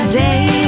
day